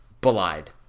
belied